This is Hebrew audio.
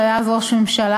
שהיה אז ראש הממשלה,